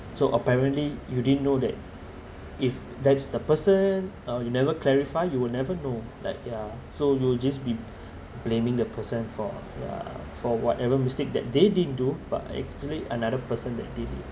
so apparently you didn't know that if that's the person or you never clarify you will never know like ya so you'll just be blaming the person for ya for whatever mistake that they didn't do but actually another person that did it